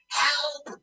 help